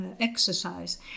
exercise